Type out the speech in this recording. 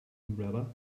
umbrella